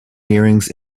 hearings